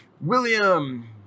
William